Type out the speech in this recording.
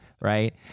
Right